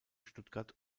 stuttgart